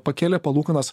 pakėlė palūkanas